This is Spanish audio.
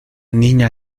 niña